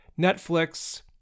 Netflix